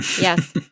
Yes